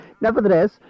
Nevertheless